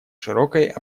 широкой